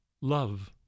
love